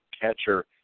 catcher